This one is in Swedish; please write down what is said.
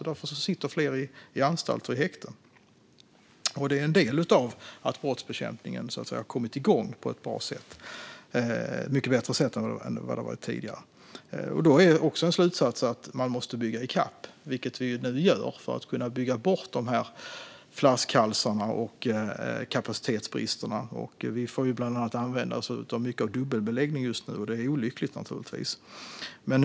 Därför sitter fler på anstalter och i häkten. Detta är en del av att brottsbekämpningen kommit igång på ett bra sätt - på ett mycket bättre sätt än tidigare. En slutsats är att vi måste bygga i kapp, vilket vi nu gör, för att kunna bygga bort flaskhalsarna och kapacitetsbristerna. Vi får bland annat använda oss mycket av dubbelbeläggning just nu, och det är naturligtvis olyckligt.